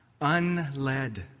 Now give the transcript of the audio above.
unled